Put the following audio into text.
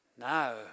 Now